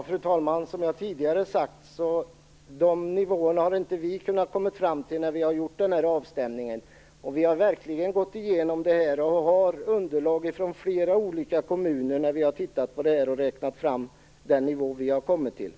Fru talman! Som jag tidigare har sagt har inte vi kunnat komma fram till de nivåerna när vi har gjort avstämningen. Vi har verkligen gått igenom detta och har fått underlag från flera olika kommuner, som vi har använt när vi har räknat fram den nivå som vi har kommit fram till.